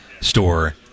store